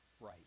right